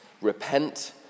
Repent